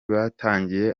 batangiye